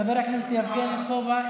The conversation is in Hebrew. חבר הכנסת יבגני סובה,